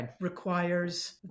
requires